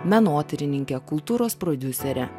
menotyrininkę kultūros prodiuserę